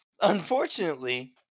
unfortunately